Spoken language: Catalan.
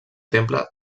temple